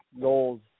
goals